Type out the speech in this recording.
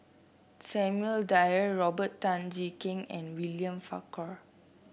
Samuel Dyer Robert Tan Jee Keng and William Farquhar